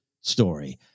story